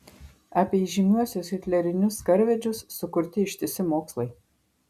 apie įžymiuosius hitlerinius karvedžius sukurti ištisi mokslai